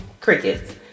Crickets